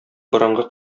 борынгы